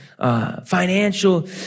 financial